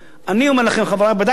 אני אומר לכם, בדקתי את זה.